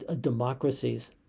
democracies